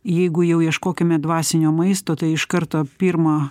jeigu jau ieškokime dvasinio maisto tai iš karto pirma